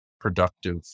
productive